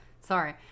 Sorry